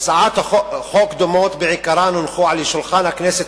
הצעות חוק דומות בעיקרן הונחו על שולחן הכנסת